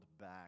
back